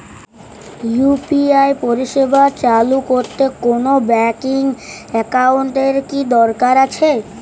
UPI পরিষেবা চালু করতে কোন ব্যকিং একাউন্ট এর কি দরকার আছে?